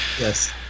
Yes